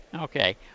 Okay